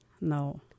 No